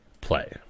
play